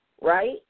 right